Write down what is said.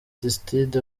aristide